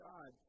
God